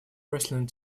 wrestling